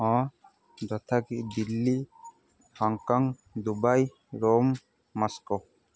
ହଁ ଯଥାକି Delhi Hong Kong Dubai Rome Moscow